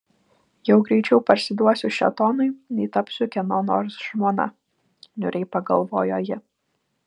jau greičiau parsiduosiu šėtonui nei tapsiu kieno nors žmona niūriai pagalvojo ji